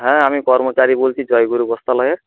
হ্যাঁ আমি কর্মচারী বলছি জয়গুরু বস্ত্রালয়ের